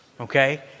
Okay